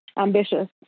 ambitious